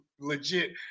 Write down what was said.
legit